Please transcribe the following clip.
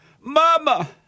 Mama